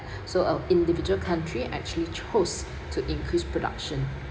so uh individual country actually chose to increase production